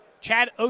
Chad